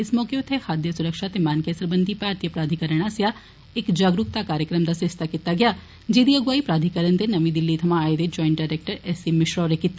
इस मौके उत्थें खाद्य सुरक्षा ते मानकें सरबंधी भारती प्राधिकरण आसेआ इक जागरूकता कार्यक्रम दा सरिस्ता करोआया गेआ जेहदी अगुवाई प्राधिकरण दे नमी दिल्ली थमां आए दे joint director A C Mishra होरें कीती